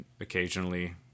occasionally